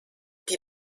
die